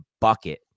bucket